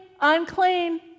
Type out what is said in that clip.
unclean